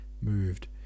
moved